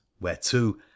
whereto